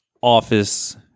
office